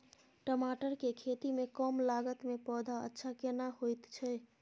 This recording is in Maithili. टमाटर के खेती में कम लागत में पौधा अच्छा केना होयत छै?